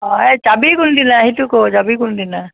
অঁ এই যাবি কোন দিনা সেইটো ক যাবি কোন দিনা